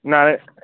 নাই